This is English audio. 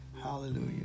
Hallelujah